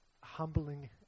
humbling